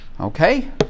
Okay